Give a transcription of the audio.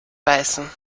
beißen